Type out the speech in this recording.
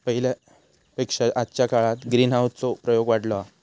पहिल्या पेक्षा आजच्या काळात ग्रीनहाऊस चो प्रयोग वाढलो हा